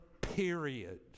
period